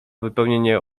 wypełnienie